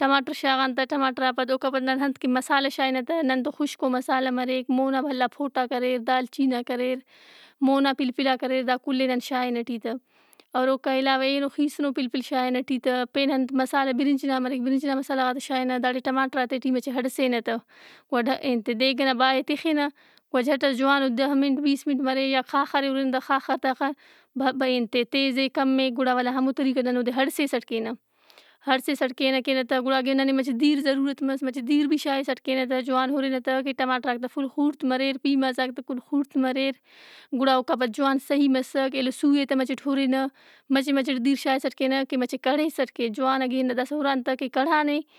ٹماٹر شاغان تا، ٹماٹر آن پد اوکان پد نن انت کہ مسالحہ شائنہ تہ، نن تو خُشکو مسالحہ مریک، مَونا بھلا پوٹاک اریر، دال چِیناک اریر، مَونا پِلپلاک اریر دا کُل ئے نن شائنہ ای ٹی تہ۔ اور اوکا علاوہ ایہنو خِیسُنو پلپل شائنہ ای ٹی تا، پین انت مسالحہ برنج نا مریک، برنج نا مسالحہ غاتے شائنہ، داڑے ٹماٹراتےٹی مچہ ہڑسینہ تا۔ ولدا انت دیگ نا بائے تِخِنہ، وا جٹ ئس جوانو دہ منٹ، بیست منٹ مرے یا خاخر ئے ہُرن دا خاخر تا اخہ بہ- ئے- انت ئے تیز اے، کم اے۔ گُڑا ولدا ہمو طریقہ اٹ نن اودے ہڑسیسٹ کینہ۔ ہڑسیسٹ کینہ کینہ تا گُڑا اگہ ننے مچہ دِیر ضرورت مس۔ مچہ دِیر بھی شائسٹ کینہ تا۔ جوان ہُرِنہ تا کہ ٹماٹراک تا فُل خوڑت مریر، پیمازاک تا کل خوڑت مریر۔ گُڑا اوکان پد جوان صحیح مسّک۔ ایلو سُو ئے تا مچٹ ہُرنہ۔ مچہ مچٹ دِیرشائسٹ کینہ کہ مچہ کڑھیسٹ کے جوان اگہ داسا ہُران تہ کہ کڑھانے۔